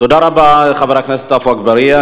תודה רבה לחבר הכנסת עפו אגבאריה.